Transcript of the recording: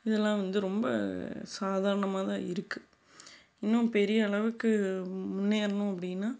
இதெல்லாம் வந்து ரொம்ப சாதாரணமாக தான் இருக்குது இன்னும் பெரிய அளவுக்கு முன்னேறணும் அப்படினா